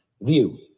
view